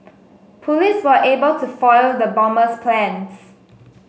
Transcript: police were able to foil the bomber's plans